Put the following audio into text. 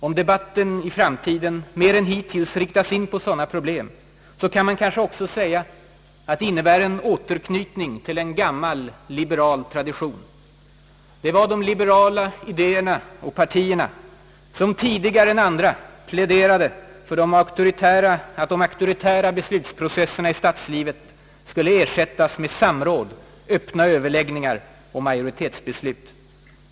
Om debatten i framtiden mer än hittills riktas in på sådana problem, kan man kanske också säga att det innebär en återknytning till en gammal liberal tradition. Det var de liberala idéerna och partierna som tidigare än andra pläderade för att de auktoritära beslutsprocesserna i statslivet skulle ersättas med samråd, öppna överläggningar och majoritetsbeslut.